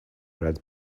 red